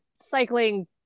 cycling